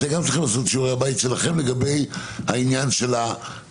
גם אתם צריכים לעשות את שיעורי הבית שלכם לגבי מה שדיברנו על הקצה,